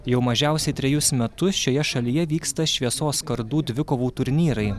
jau mažiausiai trejus metus šioje šalyje vyksta šviesos kardų dvikovų turnyrai